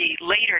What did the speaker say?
later